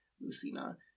Lucina